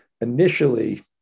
initially